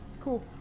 Cool